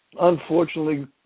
Unfortunately